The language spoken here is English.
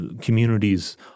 communities